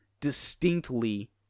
distinctly